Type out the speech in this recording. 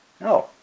No